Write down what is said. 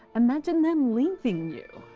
imagine them leaving you.